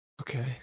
Okay